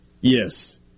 Yes